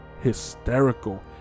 hysterical